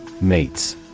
Mates